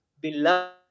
beloved